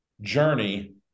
journey